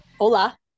Hola